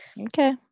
Okay